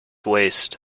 waste